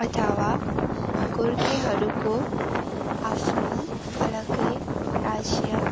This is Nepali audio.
अथवा गोर्खे हरूको आफ्नो अलगै राज्य